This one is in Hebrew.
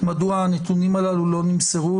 מדוע הנתונים הללו לא נמסרו,